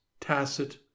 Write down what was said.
tacit